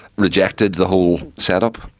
rejected the whole setup,